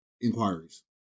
inquiries